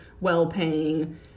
well-paying